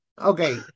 Okay